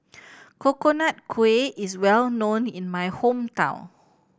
Coconut Kuih is well known in my hometown